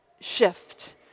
shift